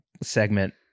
segment